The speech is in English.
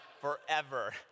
forever